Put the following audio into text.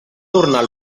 tornar